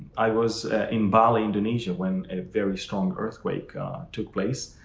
i was in bali, indonesia, when a very strong earthquake took place,